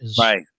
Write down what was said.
Right